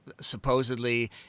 supposedly